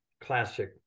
classic